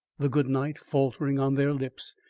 the goodnight faltering on their lips,